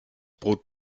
brot